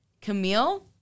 Camille